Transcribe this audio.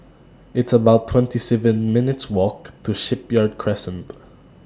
It's about twenty seven minutes' Walk to Shipyard Crescent